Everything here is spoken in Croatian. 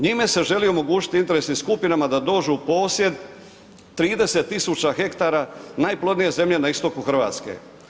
Njima se želi omogućiti, interesnim skupinama da dođu u posjed, 30 tisuća hektara najplodnije zemlje na istoku Hrvatske.